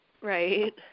Right